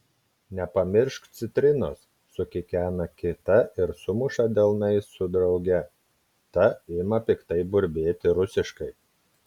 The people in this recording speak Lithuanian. nepamiršk citrinos sukikena kita ir sumuša delnais su drauge ta ima piktai burbėti rusiškai